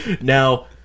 Now